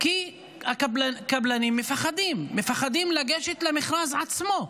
כי קבלנים מפחדים, מפחדים לגשת למכרז עצמו.